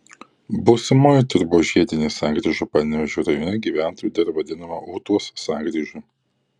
būsimoji turbožiedinė sankryža panevėžio rajone gyventojų dar vadinama ūtos sankryža